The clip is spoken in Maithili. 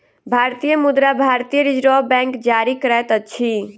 भारतीय मुद्रा भारतीय रिज़र्व बैंक जारी करैत अछि